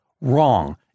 wrong